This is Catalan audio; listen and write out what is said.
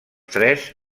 tres